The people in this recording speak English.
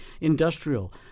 industrial